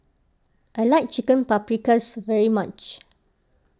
I like Chicken Paprikas very much